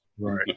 right